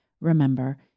Remember